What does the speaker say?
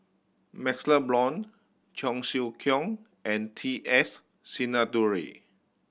MaxLe Blond Cheong Siew Keong and T S Sinnathuray